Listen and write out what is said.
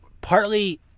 partly